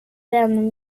vän